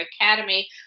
academy